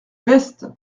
veste